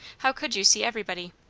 how could you see everybody?